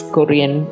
Korean